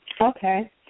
Okay